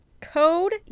code